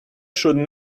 should